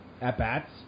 at-bats